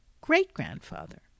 great-grandfather